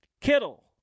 Kittle